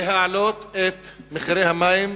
להעלות את מחירי המים